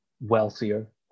wealthier